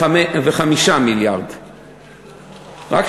זה 405 מיליארד פלוס,